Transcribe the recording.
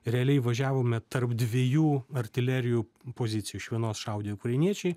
realiai važiavome tarp dviejų artilerijų pozicijų iš vienos šaudė ukrainiečiai